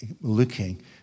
looking